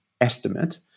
estimate